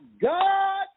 God